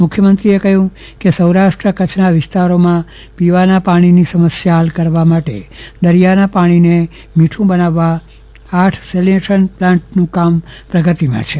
મુખ્યમંત્રીએ કહ્યું કે સૌરાષ્ટ્ર કચ્છના વિસ્તારોમાં પીવાના પાણીની સમસ્યા હલ કરવા માટે દરિયાના પાણીને મીઠું બનાવવા આઠ સેલીનેશન પ્લાન્ટનું કામ પ્રગતિમાં છે